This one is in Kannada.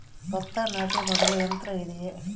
ಭತ್ತ ನಾಟಿ ಮಾಡಲು ಯಂತ್ರ ಇದೆಯೇ?